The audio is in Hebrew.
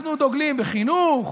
אנחנו דוגלים בחינוך,